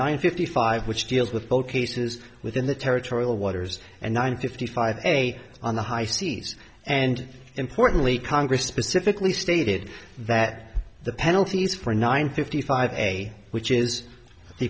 nine fifty five which deals with both cases within the territorial waters and nine fifty five a on the high seas and importantly congress specifically stated that the penalties for nine fifty five a which is the